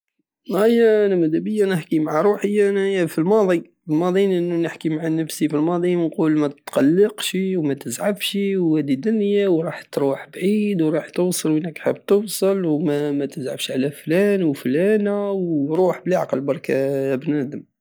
هاي انا مدابية نحكي مع روحي انايا في الماضي في الماضي نحكي مع نفسي في الماضي ونقول متقلقش ومتزعفشي وهدي دنيا ورح تروح بعيد ورح توصل وين راك حاب توصل ومتزعفش على فلان وفلانة وروح بلعقل برك يا بنادم